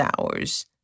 hours